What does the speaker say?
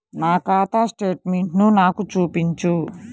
నా ఖాతా స్టేట్మెంట్ను నాకు చూపించు